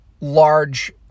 large